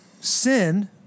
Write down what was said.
sin